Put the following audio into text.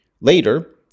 Later